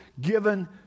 given